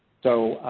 so,